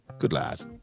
Goodlad